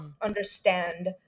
understand